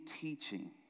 teaching